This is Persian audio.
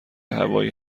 هوایی